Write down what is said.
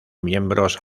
miembros